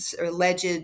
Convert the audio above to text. alleged